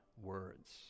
words